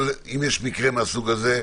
מקרה מהסוג הזה,